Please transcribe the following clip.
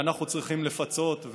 ואנחנו צריכים לפצות,